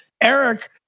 Eric